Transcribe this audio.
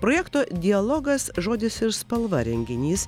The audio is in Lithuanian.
projekto dialogas žodis ir spalva renginys